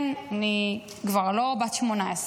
כן, אני כבר לא בת 18,